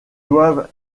doivent